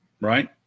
Right